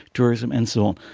tourism and so